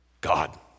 god